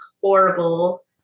horrible